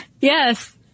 Yes